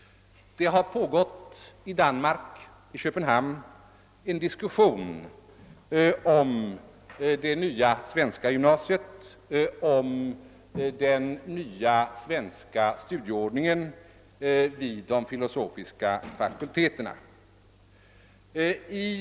I Köpenhamn har det pågått en diskussion om det nya svenska gymnasiet och den nya studieordningen vid de filosofiska fakulteterna i Sverige.